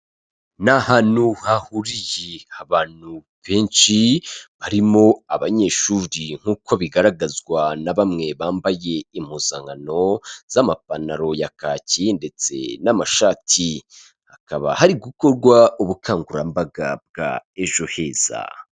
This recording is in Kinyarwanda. Ni ahantu hahuriye abantu benshi, harimo abanyeshuri nk'uko bigaragazwa na bamwe bambaye impuzankano z'amapantaro ya kaki ndetse n'amashati, hakaba hari gukorwa ubukangurambaga bwa ejo heza.